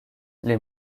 les